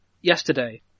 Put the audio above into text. yesterday